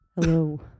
Hello